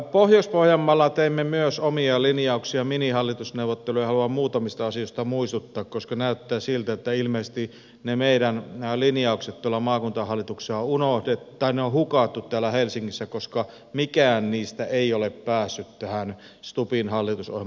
pohjois pohjanmaalla teimme myös omia linjauksia minihallitusneuvotteluihin ja haluan muutamista asioista muistuttaa koska näyttää siltä että ilmeisesti ne meidän linjauksemme tuolla maakuntahallituksessa on hukattu täällä helsingissä koska mikään niistä ei ole päässyt tähän stubbin hallitusohjelmapaperiin